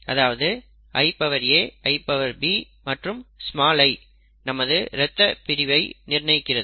அதாவது IA IB மற்றும் i நமது இரத்த பிரிவை நிர்ணயிக்கிறது